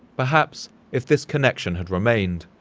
perhaps if this connection had remained,